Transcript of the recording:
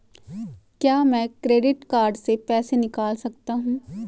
क्या मैं credit card से पैसे निकाल सकता हूँ?